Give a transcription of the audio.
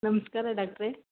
ನಮಸ್ಕಾರ ಡಾಕ್ಟ್ರೆ